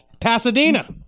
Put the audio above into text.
Pasadena